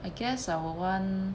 I guess I will want